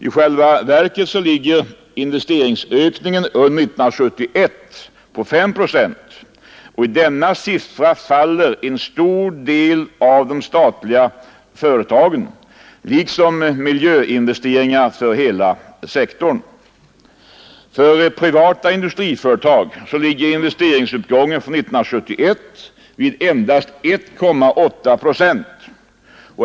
I själva verket ligger investeringsökningen under 1971 på 5 procent, och av denna siffra faller en stor del på de statliga företagen liksom på miljöinvesteringar för hela sektorn. För privata industriföretag ligger investeringsuppgången för år 1971 vid endast 1,8 procent.